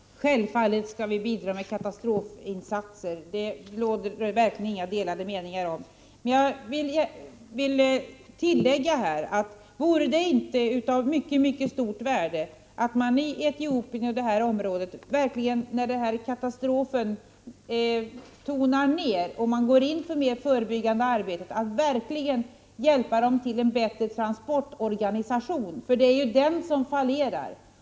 Fru talman! Självfallet skall vi bidra med katastrofinsatser — det råder verkligen inga delade meningar om det. Men vore det inte av mycket stort värde om vi i Etiopien, och i detta område över huvud taget, när denna katastrof tonar ner och det är dags för ett mera förebyggande arbete, verkligen hjälper till att skapa en bättre transportorganisation, därför att det är transporterna som fallerar.